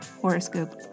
horoscope